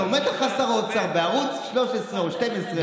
כשעומד לך שר בערוץ 13 או 12,